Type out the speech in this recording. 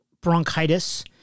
bronchitis